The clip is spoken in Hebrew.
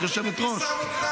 חתיכת עבריין.